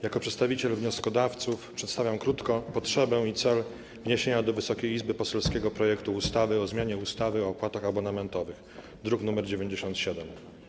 Jako przedstawiciel wnioskodawców przedstawiam krótko potrzebę i cel wniesienia do Wysokiej Izby poselskiego projektu ustawy o zmianie ustawy o opłatach abonamentowych, druk nr 97.